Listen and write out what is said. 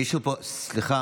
מישהו פה סליחה,